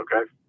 okay